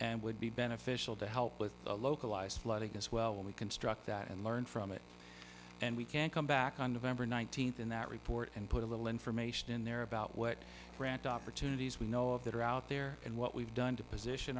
and would be beneficial to help with the localized flooding as well when we construct that and learn from it and we can come back on november nineteenth in that report and put a little information in there about what opportunities we know of that are out there and what we've done to position